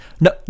No